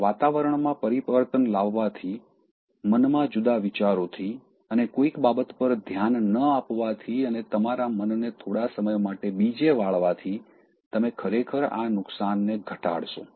આમ વાતાવરણમાં પરિવર્તન લાવવાથી મનમાં જુદા વિચારોથી અને કોઈક બાબત પર ધ્યાન ન આપવાથી અને તમારા મનને થોડા સમય માટે બીજે વાળવાથી તમે ખરેખર આ નુકસાનને ઘટાડશો